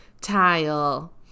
tile